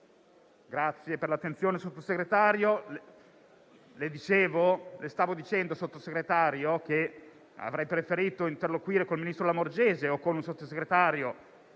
ringrazio per l'attenzione, Sottosegretario. Le stavo dicendo che avrei preferito interloquire con il ministro Lamorgese o con un Sottosegretario